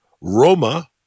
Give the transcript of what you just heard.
Roma